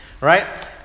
right